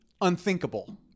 unthinkable